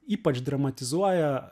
ypač dramatizuoja